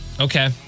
Okay